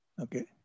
Okay